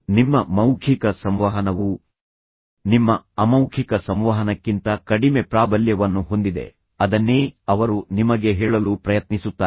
ನಿಮ್ಮ ಮೌಖಿಕ ಸಂವಹನವು ನಿಮ್ಮ ಅಮೌಖಿಕ ಸಂವಹನಕ್ಕಿಂತ ಕಡಿಮೆ ಪ್ರಾಬಲ್ಯವನ್ನು ಹೊಂದಿದೆ ಅದನ್ನೇ ಅವರು ನಿಮಗೆ ಹೇಳಲು ಪ್ರಯತ್ನಿಸುತ್ತಾರೆ